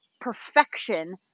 perfection